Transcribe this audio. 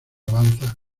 avanza